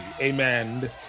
Amen